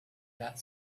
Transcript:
that